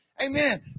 Amen